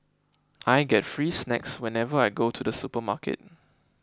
I get free snacks whenever I go to the supermarket